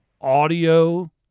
audio